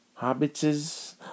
hobbitses